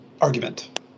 argument